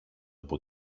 από